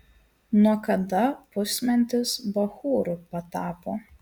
nuo kada pusmentis bachūru patapo